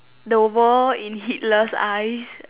the world in Hitler's eyes